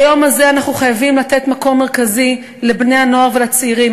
ביום הזה אנחנו חייבים לתת מקום מרכזי לבני-הנוער והצעירים.